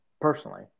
personally